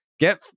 Get